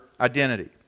identity